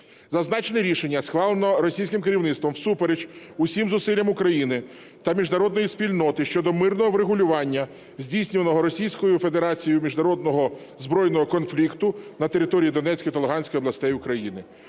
Зазначене рішення схвалене російським керівництвом всупереч усім зусиллям України та міжнародної спільноти щодо мирного врегулювання здійснюваного Російською Федерацією міжнародного збройного конфлікту на території Донецької та Луганської областей України.